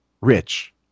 rich